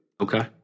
Okay